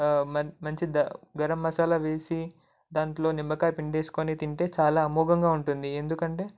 మంచి గరం మసాలా వేసి దాంట్లో నిమ్మకాయ పిండుకొని తింటే చాలా అమోఘంగా ఉంటుంది ఎందుకంటే